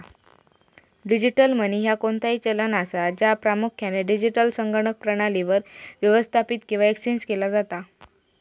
digital money ह्या कोणताही चलन असा, ज्या प्रामुख्यान डिजिटल संगणक प्रणालीवर व्यवस्थापित किंवा एक्सचेंज केला जाता